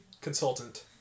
consultant